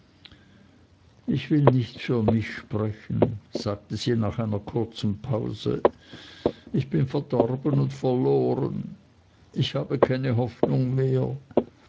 ich will nicht für mich sprechen sagte sie nach einer kurzen pause ich bin verdorben und verloren ich habe keine hoffnung mehr